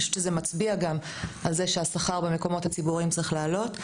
אני חושבת שזה גם מצביע על זה שהשכר במקומות הציבוריים צריך לעלות.